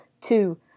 Two